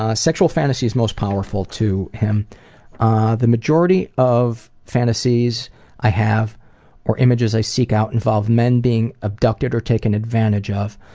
ah sexual fantasies most powerful to him the majority of fantasies i have or images i seek out involve men being abducted or taken advantage of.